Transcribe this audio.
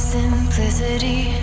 simplicity